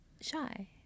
Shy